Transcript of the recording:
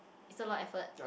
it's a lot effort